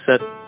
set